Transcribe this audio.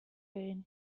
egin